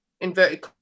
inverted